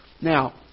Now